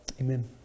amen